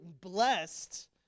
blessed